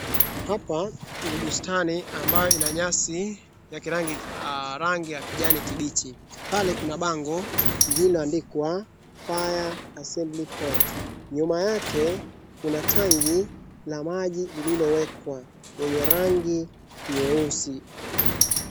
Hapa ni bustani ambayo ina nyasi ya rangi ya kijani kimbichi. Pale kuna bango lililoandikwa Fire assembly point . Nyuma aake kuna tangi la maji lililowekwa lenye rangi nyeusi.